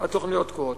התוכניות תקועות.